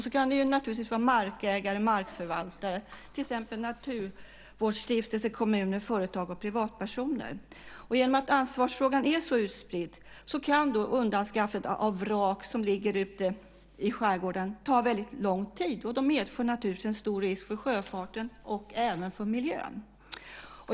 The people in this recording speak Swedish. Så kan det naturligtvis vara markägare, markförvaltare, till exempel naturvårdsstiftelse, kommuner, företag och privatpersoner. Genom att ansvarsfrågan är så utspridd kan undanskaffandet av vrak som ligger ute i skärgården ta väldigt lång tid. Det medför naturligtvis en stor risk för sjöfarten och även för miljön.